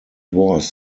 was